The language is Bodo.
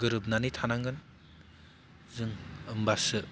गोरोबनानै थानांगोन जों होमबासो